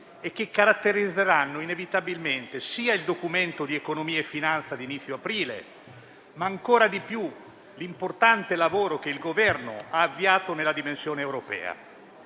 e che caratterizzeranno inevitabilmente sia il Documento di economia e finanza di inizio aprile, sia, ancora di più, l'importante lavoro che il Governo ha avviato nella dimensione Europea.